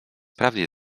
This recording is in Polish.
prawie